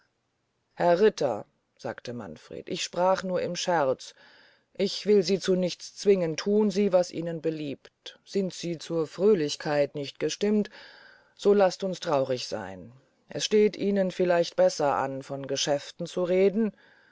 herr ritter sagte manfred ich sprach nur im scherz ich will sie zu nichts zwingen thun sie was ihnen beliebt sind sie zur fröhlichkeit nicht gestimmt so laß uns traurig seyn es steht ihnen vielleicht besser an von geschäften zu reden